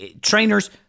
trainers